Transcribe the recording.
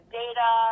data